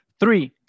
Three